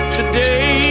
today